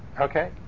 Okay